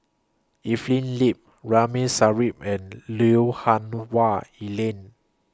Evelyn Lip Ramli Sarip and Lui Hah Wah Elena